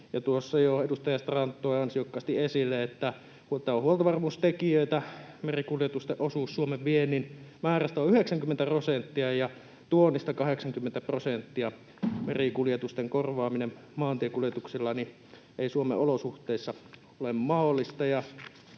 edustaja Strand toi ansiokkaasti esille, että tämä on huoltovarmuustekijöitä. Merikuljetusten osuus Suomen viennin määrästä on 90 prosenttia ja tuonnista 80 prosenttia. Merikuljetusten korvaaminen maantiekuljetuksilla ei Suomen olosuhteissa ole mahdollista.